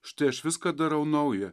štai aš viską darau nauja